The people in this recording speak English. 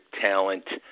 talent